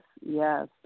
yes